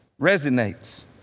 resonates